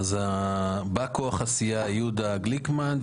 בא כוח הסיעה הוא יהודה גליקמן,